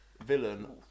villain